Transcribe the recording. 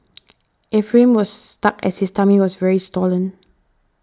Ephraim was stuck as his tummy was very swollen